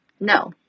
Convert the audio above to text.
no